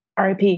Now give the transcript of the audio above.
rip